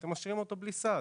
אתם משאירים אותו בלי סעד.